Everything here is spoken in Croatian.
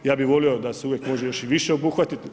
Ja bih volio da se uvijek može još i više obuhvatiti.